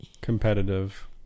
competitive